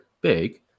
big